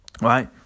right